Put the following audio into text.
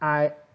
I